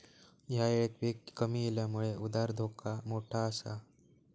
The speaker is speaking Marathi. ह्या येळेक पीक कमी इल्यामुळे उधार धोका मोठो आसा